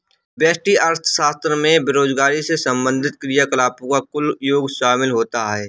व्यष्टि अर्थशास्त्र में बेरोजगारी से संबंधित क्रियाकलापों का कुल योग शामिल होता है